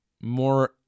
more